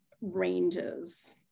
ranges